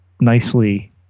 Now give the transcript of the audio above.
nicely